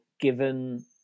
given